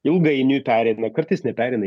ilgainiui pereina kartais nepereina